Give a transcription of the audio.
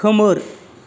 खोमोर